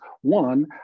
One